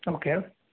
okay